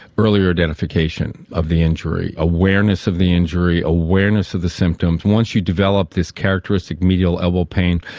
earlier identification of the injury, awareness of the injury, awareness of the symptoms. once you develop this characteristic medial elbow pain,